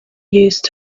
used